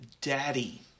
Daddy